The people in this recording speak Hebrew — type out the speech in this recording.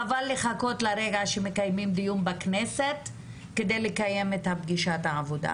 חבל לחכות לרגע שמקיימים דיון בכנסת כדי לקיים את פגישת העבודה.